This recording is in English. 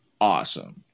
awesome